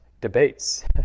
debates